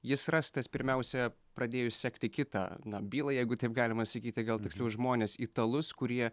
jis rastas pirmiausia pradėjus sekti kitą na bylą jeigu taip galima sakyti gal tiksliau žmones italus kurie